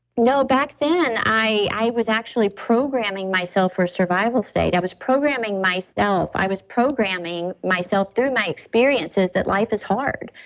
no. back then i i was actually programming myself for survival state. i was programming myself. i was programming myself through my experiences that life is hard.